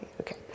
Okay